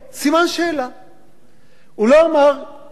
הוא לא אמר דברים מאוד מפליגים.